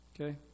Okay